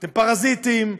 אתם פרזיטים,